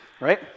right